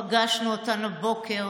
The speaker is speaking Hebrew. פגשנו אותן הבוקר.